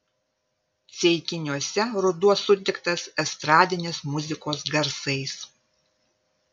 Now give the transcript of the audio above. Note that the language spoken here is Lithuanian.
ceikiniuose ruduo sutiktas estradinės muzikos garsais